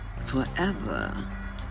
forever